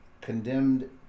condemned